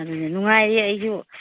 ꯑꯗꯨꯅꯤ ꯅꯨꯡꯉꯥꯏꯔꯤꯌꯦ ꯑꯩꯁꯨ